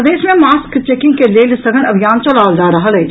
प्रदेश भरि मे मास्क चेकिंग के लेल सघन अभियान चलाओल जा रहल अछि